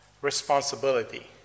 responsibility